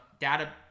data